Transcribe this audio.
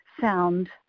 sound